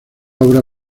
obra